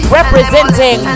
Representing